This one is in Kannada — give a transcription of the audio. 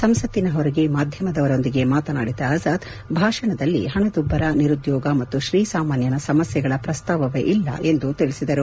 ಸಂಸತ್ತಿನ ಹೊರಗೆ ಮಾಧ್ಯಮದವರೊಂದಿಗೆ ಮಾತನಾಡಿದ ಆಜಾದ್ ಭಾಷಣದಲ್ಲಿ ಹಣದುಬ್ಲರ ನಿರುದ್ಗೋಗ ಮತ್ತು ಶ್ರೀಸಾಮಾನ್ಲನ ಸಮಸ್ಲೆಗಳ ಪ್ರಸ್ತಾಪವೆ ಇಲ್ಲ ಎಂದು ತಿಳಿಸಿದರು